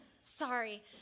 Sorry